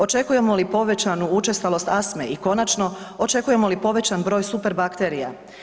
Očekujemo li povećanu učestalost astme i konačno očekujemo li povećani broj superbakterija?